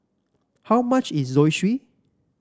how much is Zosui